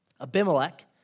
Abimelech